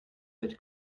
wird